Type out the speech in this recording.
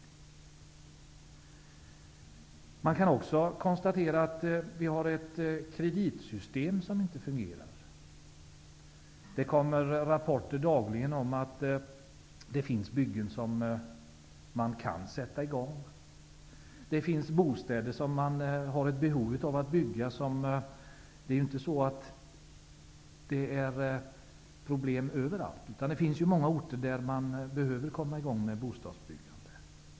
Man kan också konstatera att kreditsystemet inte fungerar. Det kommer dagligen rapporter om att byggen kan sättas i gång. Det finns behov av att bygga bostäder. Det är inte problem överallt, utan på många orter behöver man komma i gång med bostadsbyggande.